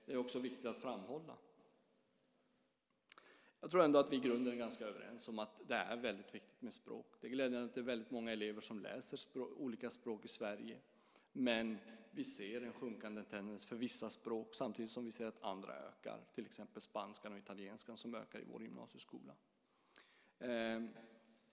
Det är också viktigt att framhålla. I grunden är vi nog ganska överens om att det är väldigt viktigt med språk. Det är glädjande att det är väldigt många elever som läser olika språk i Sverige. Men vi ser att tendensen är att det är färre elever som väljer vissa språk, samtidigt som vi ser att fler elever väljer andra språk i gymnasieskolan, till exempel spanska och italienska.